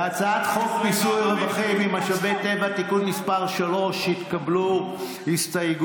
להצעת חוק מיסוי רווחים ממשאבי טבע (תיקון מס' 3) התקבלו הסתייגויות.